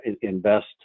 invest